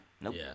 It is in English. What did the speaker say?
Nope